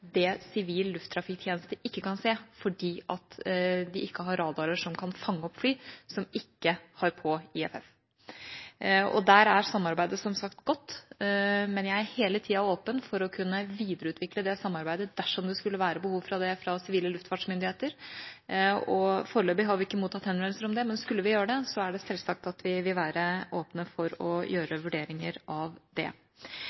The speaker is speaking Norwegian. det sivil lufttrafikktjeneste ikke kan se, fordi de ikke har radarer som kan fange opp fly som ikke har på IFF. Der er samarbeidet som sagt godt, men jeg er hele tida åpen for å kunne videreutvikle det samarbeidet dersom det skulle være behov for det fra sivile luftfartsmyndigheter. Foreløpig har vi ikke mottatt henvendelser om det, men skulle vi gjøre det, er det selvsagt at vi vil være åpne for å gjøre vurderinger av det.